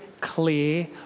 clear